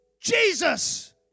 Jesus